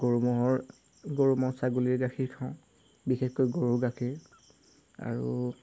গৰু ম'হৰ গৰু ম'হ ছাগলীৰ গাখীৰ খাওঁ বিশেষকৈ গৰুৰ গাখীৰ আৰু